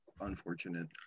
Unfortunate